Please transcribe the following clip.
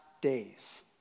days